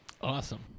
awesome